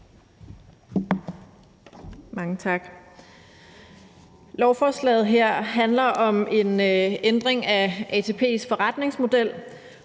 Mange tak.